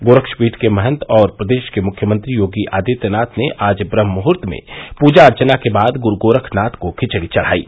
गोरक्ष पीठ के महंत और प्रदेश के मुख्यमंत्री योगी आदित्यनाथ ने आज ब्रम्हमुहूर्त में पूजा अर्चना के बाद गुरू गोरखनाथ को खिचड़ी चढ़ायी